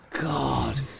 God